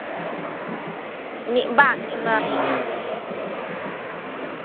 ᱢᱤᱫᱼᱵᱟᱨ ᱮᱢᱟᱱ